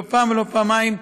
לא פעם ולא פעמיים,